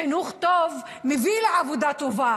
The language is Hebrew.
חינוך טוב מביא לעבודה טובה,